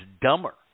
dumber